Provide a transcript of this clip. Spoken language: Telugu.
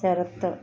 శరత్